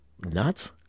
nuts